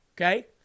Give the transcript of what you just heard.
okay